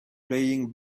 playing